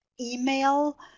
email